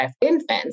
infants